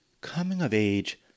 coming-of-age